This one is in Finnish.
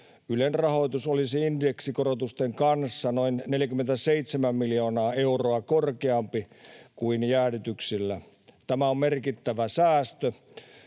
Ylen rahoitus olisi indeksikorotusten kanssa noin 47 miljoonaa euroa korkeampi kuin jäädytyksillä. Tämä on merkittävä säästö,